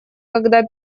когда